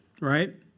right